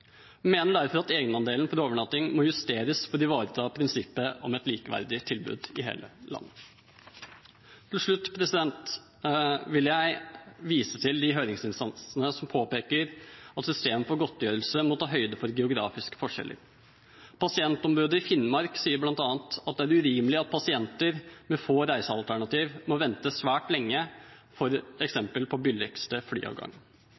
mener derfor at egenandelen for overnatting må justeres for å ivareta prinsippet om et likeverdig tilbud i hele landet. Til slutt vil jeg vise til de høringsinstansene som påpeker at systemet for godtgjørelse må ta høyde for geografiske forskjeller. Pasientombudet i Finnmark sier bl.a. at det er urimelig at pasienter med få reisealternativer må vente svært lenge f.eks. på billigste flyavgang.